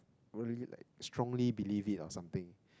what do you like strongly believe it or something